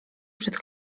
przed